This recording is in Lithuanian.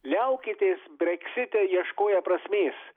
liaukitės breksite ieškoję prasmės